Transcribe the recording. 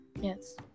yes